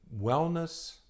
wellness